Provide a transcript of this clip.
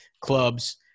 clubs